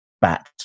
bat